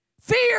Fear